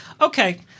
okay